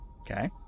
okay